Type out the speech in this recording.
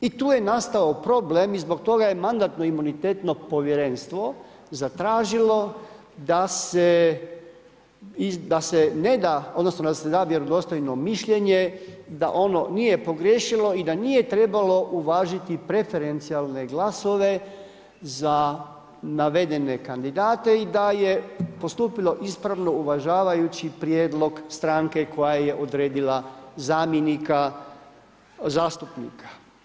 I tu je nastao problem i zbog toga je Mandatno-imunitetno povjerenstvo zatražilo da se ne da odnosno da se da vjerodostojno mišljenje, da ono nije pogriješilo i da nije trebalo uvažiti preferencijalne glasove za navedene kandidate i da je postupilo ispravno uvažavajući prijedlog stranke koja je odredila zamjenika zastupnika.